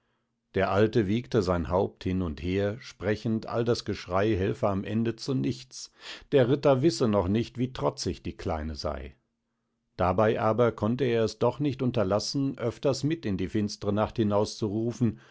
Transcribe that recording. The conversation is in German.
der alte wiegte sein haupt hin und her sprechend all das geschrei helfe am ende zu nichts der ritter wisse noch nicht wie trotzig die kleine sei dabei aber konnte er es doch nicht unterlassen öfters mit in die finstre nacht